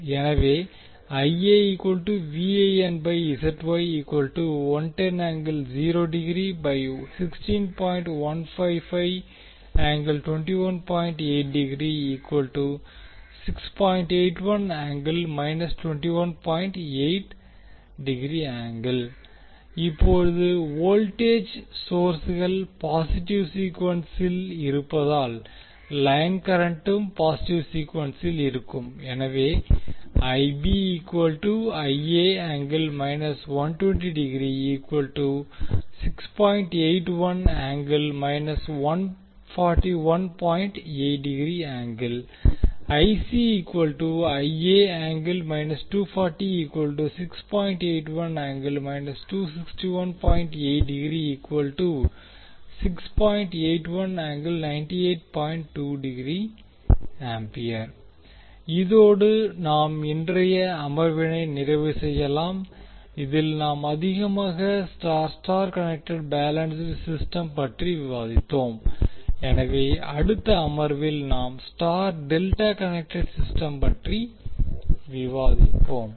எனவே இப்போது வோல்டேஜ் சோர்ஸ்கள் பாசிட்டிவ் சீக்குவென்ஸில் இருப்பதால் லைன் கரண்ட்களும் பாசிட்டிவ் சீக்குவென்ஸில் இருக்கும் எனவே இதோடு நாம் இன்றைய அமர்வினை நிறைவு செய்யலாம் இதில் நாம் அதிகமாக Y Y connected balanced system பற்றி விவாதித்தோம் எனவே அடுத்த அமர்வில் நாம் ஸ்டார் டெல்டா கன்னெக்டேட் சிஸ்டம் பற்றி விவாதிப்போம்